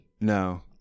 no